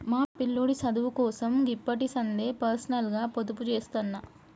మా పిల్లోడి సదువుకోసం గిప్పడిసందే పర్సనల్గ పొదుపుజేత్తన్న